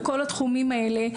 בכל התחומים האלה,